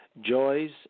joys